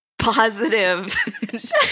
positive